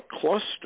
cluster